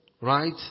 Right